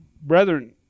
Brethren